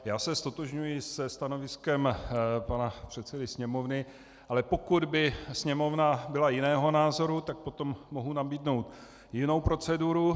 Já se ztotožňuji se stanoviskem pana předsedy Sněmovny, ale pokud by Sněmovna byla jiného názoru, tak potom mohu nabídnout jinou proceduru.